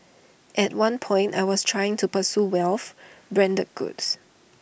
at one point I was trying to pursue wealth branded goods